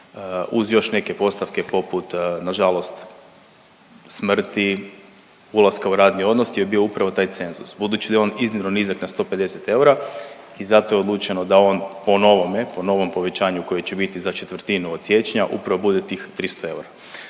uz još neke postavke poput nažalost smrti, ulaska u radni odnos je bio upravo taj cenzus budući da je on iznimno nizak na 150 eura i zato je odlučeno da on po novome, po novom povećanju koje će biti za četvrtinu od siječnja, upravo bude tih 300 eura.